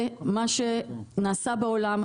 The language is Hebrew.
זה מה שנעשה בעולם,